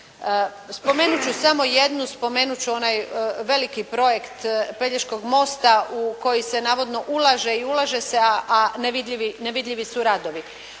Spomenut ću samo jednu, spomenut ću onaj veliki projekt Pelješkog mosta u koji se navodno ulaže i ulaže se, a nevidljivi su radovi.